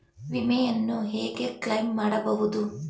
ವಿಮೆಯನ್ನು ಹೇಗೆ ಕ್ಲೈಮ್ ಮಾಡುವುದು?